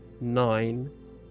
nine